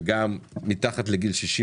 וגם מתחת לגיל 60,